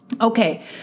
Okay